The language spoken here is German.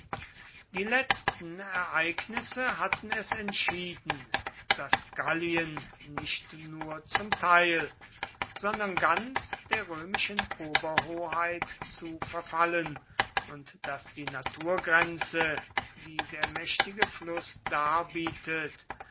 die letzten ereignisse hatten es entschieden daß gallien nicht nur zum teil sondern ganz der römischen oberhoheit zu verfallen und daß die naturgrenze die der mächtige fluß darbietet